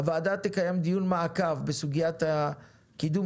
הוועדה תקיים דיון מעקב בסוגיית הקידום